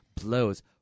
blows